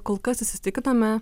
kol kas įsitikinome